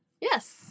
Yes